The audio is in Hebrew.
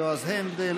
יועז הנדל,